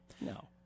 No